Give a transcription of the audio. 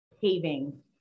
paving